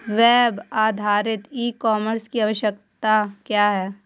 Web आधारित e commerce की आवश्यकता क्या है?